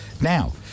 Now